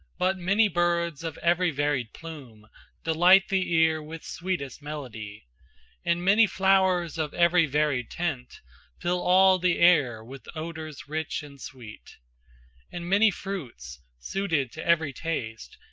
but many birds of every varied plume delight the ear with sweetest melody and many flowers of every varied tint fill all the air with odors rich and sweet and many fruits, suited to every taste,